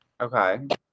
Okay